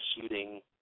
shooting